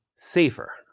Safer